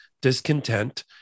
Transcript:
discontent